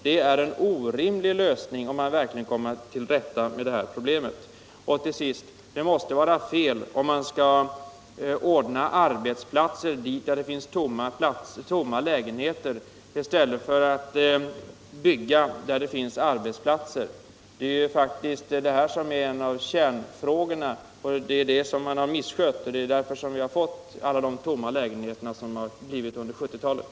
Det är en orimlig lösning, om man verkligen vill komma till rätta med detta problem. Till sist vill jag framhålla att det måste vara fel att lokalisera arbetsplatser dit där det finns tomma lägenheter i stället för att bygga bostäder där det finns arbetsplatser. Det är faktiskt en av kärnfrågorna. Bostadspolitiken har misskötts, och därför har vi fått alla tomma lägenheter under 1970-talet.